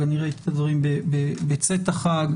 החג, אני ראיתי את הדברים בצאת החג,